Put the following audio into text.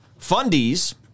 fundies